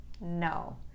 no